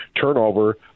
Turnover